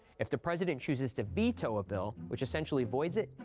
if the president chooses to veto a bill, which essentially voids it,